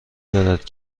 دارد